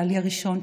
בעלי הראשון,